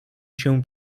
się